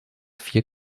vier